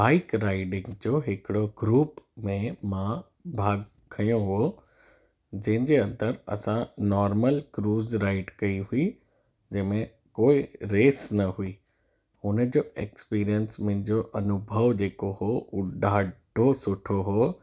bike riding जो हिकिड़ो group में मां भाॻु खंयो हो जंहिं जे अंदरि असां नॉर्मल क्रूज़ राइड कयी हुई जंहिं में कोई रेस न हुई हुनजो एक्सपीरीएंस मुंहिंजो अनुभव जेको हो हू ॾाढो सुठो हो